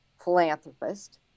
philanthropist